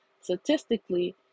statistically